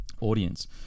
audience